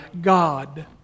God